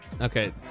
okay